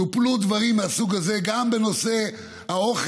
וטופלו דברים מהסוג הזה גם בנושא האוכל,